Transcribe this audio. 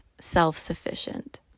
self-sufficient